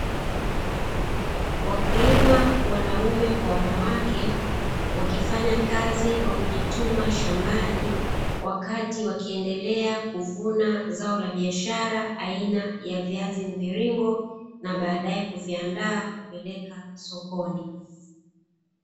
Wakulima wanaume kwa wanawake wakifanya kazi kwa kujituma shambani, wakati wakiendelea kuvuna zao la biashara aina ya viazi vya mviringo na baadae kuviandaa kupeleka sokoni.